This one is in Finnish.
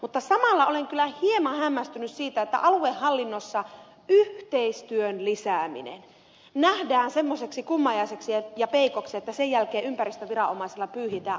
mutta samalla olen kyllä hieman hämmästynyt siitä että aluehallinnossa yhteistyön lisääminen nähdään semmoiseksi kummajaiseksi ja peikoksi että sen jälkeen ympäristöviranomaisilla pyyhitään aluetasolla pöytää